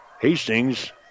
Hastings